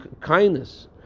kindness